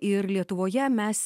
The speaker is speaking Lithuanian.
ir lietuvoje mes